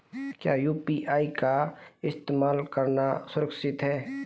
क्या यू.पी.आई का इस्तेमाल करना सुरक्षित है?